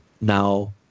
now